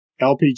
LPG